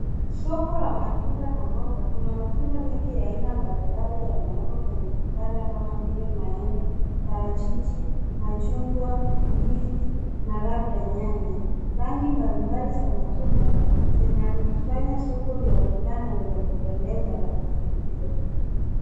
Soko la matunda na mboga. Kuna matunda mengi ya aina mbali mbali yamekwa kwenye vipanda kama vile maembe, parajiji, majungwa, ndizi na labda nyanya. Rangi mbali mbali za matunda zinalifanya sokolionekana enye kupendeza na kufutia.